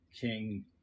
king